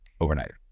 overnight